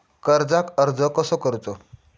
कर्जाक अर्ज कसो करूचो?